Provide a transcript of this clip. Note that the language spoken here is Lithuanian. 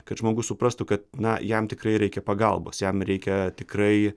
kad žmogus suprastų kad na jam tikrai reikia pagalbos jam reikia tikrai